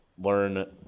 learn